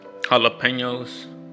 jalapenos